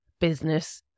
business